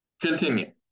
Continue